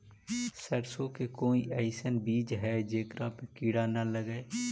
सरसों के कोई एइसन बिज है जेकरा में किड़ा न लगे?